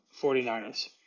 49ers